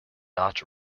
not